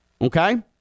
Okay